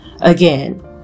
Again